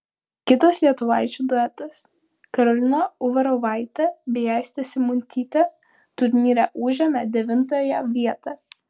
kitas lietuvaičių duetas karolina uvarovaitė bei aistė simuntytė turnyre užėmė devintąją vietą